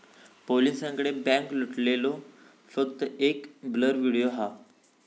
पोलिसांकडे बॅन्क लुटलेलो फक्त एक ब्लर व्हिडिओ हा